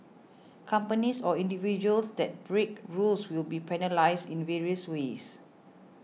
companies or individuals that break rules will be penalised in various ways